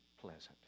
pleasant